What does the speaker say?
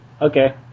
Okay